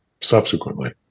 subsequently